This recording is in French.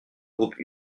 groupe